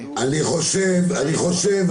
--- ברור.